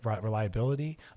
reliability